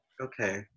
okay